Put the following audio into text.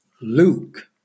Luke